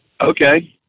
Okay